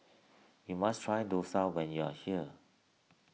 you must try Dosa when you are here